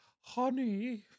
honey